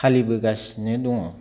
फालिबोगासिनो दङ